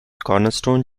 cornerstone